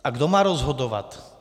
A kdo má rozhodovat?